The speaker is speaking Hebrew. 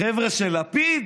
חבר'ה של לפיד?